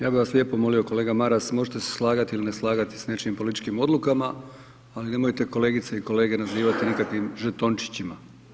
Ja bi vas lijepo molio kolega Maras možete se slagat ili ne slagati s nečijim političkim odlukama, ali nemojte kolegice i kolege nazivati nikakvim žetončićima.